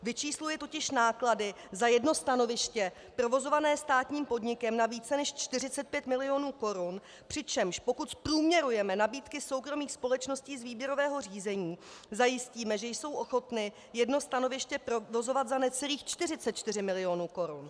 Vyčísluje totiž náklady za jedno stanoviště provozované státním podnikem na více než 45 milionů korun, přičemž pokud zprůměrujeme nabídky soukromých společností z výběrového řízení, zajistíme, že jsou ochotny jedno stanoviště provozovat za necelých 44 milionů korun.